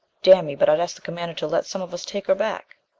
damn me but i'd ask the commander to let some of us take her back.